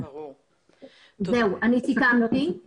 אני מסכמת.